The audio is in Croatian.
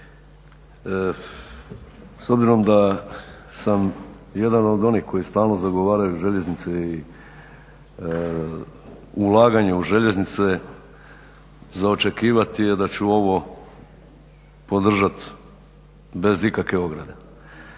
S obzirom da sam jedan od onih koji stalno zagovaraju željeznice i ulaganje u željeznice, za očekivati je da ću ovo podržati bez ikakve ograde.